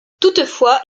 toutefois